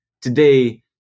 today